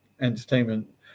entertainment